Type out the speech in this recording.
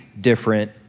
different